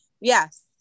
yes